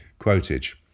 Quotage